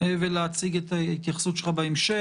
להציג את ההתייחסות שלך בהמשך.